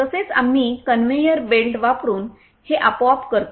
तसेच आम्ही conveyor belt वापरुन हे आपोआप करतो